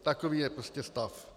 Takový je prostě stav.